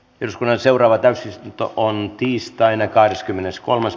jos menee seuraava täysistunto on tiistaina kahdeskymmeneskolmas